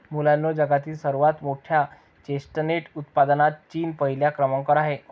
मुलांनो जगातील सर्वात मोठ्या चेस्टनट उत्पादनात चीन पहिल्या क्रमांकावर आहे